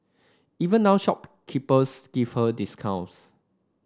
even now shopkeepers give her discounts